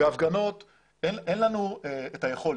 בהפגנות אין לנו את היכולת,